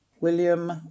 William